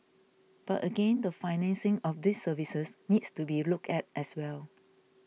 but again the financing of these services needs to be looked at as well